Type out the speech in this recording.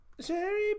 Sherry